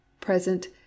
present